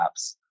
apps